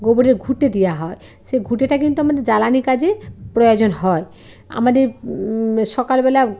গোবরের ঘুঁটে দেওয়া হয় সে ঘুঁটেটা কিন্তু আমাদের জ্বালানির কাজে প্রয়োজন হয় আমাদের সকাল বেলা